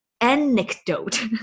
anecdote